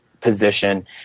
position